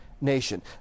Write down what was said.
nation